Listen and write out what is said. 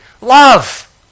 Love